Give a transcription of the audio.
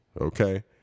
Okay